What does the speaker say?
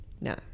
No